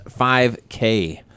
5K